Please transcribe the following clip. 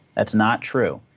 that's not true.